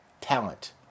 talent